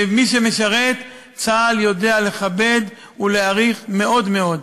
ומי שמשרת, צה"ל יודע לכבד ולהעריך מאוד מאוד.